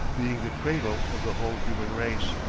being the cradle of the whole human race.